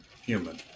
human